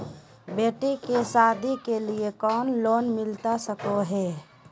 बेटी के सादी के लिए कोनो लोन मिलता सको है?